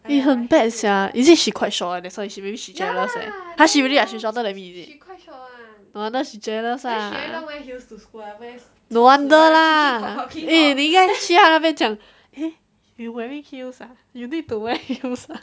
eh 很 bad sia is it she quite short one that's why she maybe she jealous eh ha she really ah she shorter than me is it no wonder she jealous ah no wonder lah eh 你应该去他那边讲 !hey! you wearing heels ah you need to wear heels ah